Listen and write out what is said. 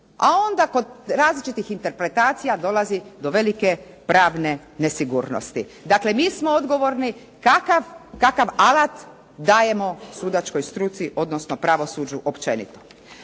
A onda kod različitih interpretacija dolazi do velike pravne nesigurnosti. Dakle, mi smo odgovorni kakav alat dajemo sudačkoj struci, odnosno pravosuđu općenito.